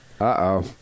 Uh-oh